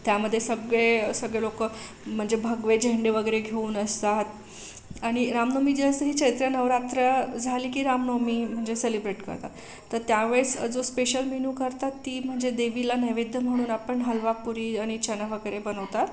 त्यामध्ये सगळे सगळे लोक म्हणजे भगवे झेंडे वगैरे घेऊन असतात आणि रामनवमी जे असते ही चैत्र नवरात्र झाली की रामनवमी म्हणजे सेलेब्रेट करतात तर त्या वेळेस जो स्पेशल मेनू करतात ती म्हणजे देवीला नैवेद्य म्हणून आपण हलवा पुरी आणि चणा वगैरे बनवतात